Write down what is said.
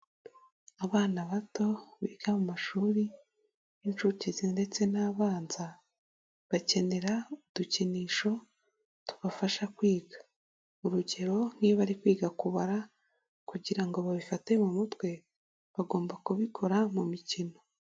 Abana bato biga mu mashuri y'inshukezi ndetse n'abanza bakenera udukinisho tubafasha kwiga, urugero nk'iyo bari kwiga kubara kugira ngo babifate mu mutwe bagomba kubikora mu mikino.